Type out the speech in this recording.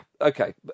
okay